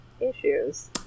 issues